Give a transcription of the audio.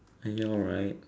are you alright